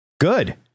good